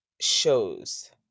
shows